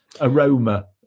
aroma